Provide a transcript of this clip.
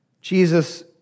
Jesus